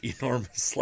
enormous